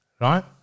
Right